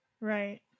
Right